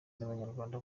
n’abanyarwanda